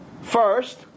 first